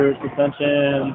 suspension